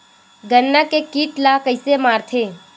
गन्ना के कीट ला कइसे मारथे?